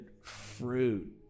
fruit